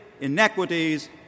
inequities